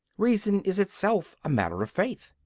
reason is itself a matter of faith.